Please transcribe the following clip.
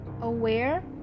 aware